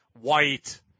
White